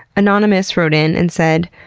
anonymous wrote in and said